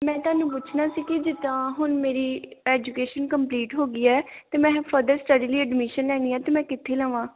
ਮੈਂ ਤੁਹਾਨੂੰ ਪੁੱਛਣਾ ਸੀ ਕਿ ਜਿੱਦਾਂ ਹੁਣ ਮੇਰੀ ਐਜੂਕੇਸ਼ਨ ਕੰਪਲੀਟ ਹੋ ਗਈ ਹੈ ਅਤੇ ਮੈਂ ਫਰਦਰ ਸਟੱਡੀ ਲਈ ਅਡਮਿਸ਼ਨ ਲੈਣੀ ਆ ਤਾਂ ਮੈਂ ਕਿੱਥੇ ਲਵਾਂ